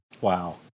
Wow